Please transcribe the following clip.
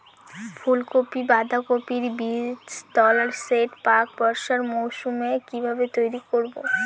ফুলকপি বাধাকপির বীজতলার সেট প্রাক বর্ষার মৌসুমে কিভাবে তৈরি করব?